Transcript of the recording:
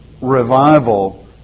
revival